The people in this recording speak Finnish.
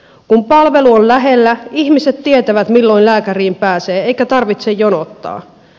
kun palvelu on lähellä ihmiset tietävät milloin lääkäriin pääsee eikä tarvitse jonottaa